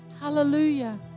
Hallelujah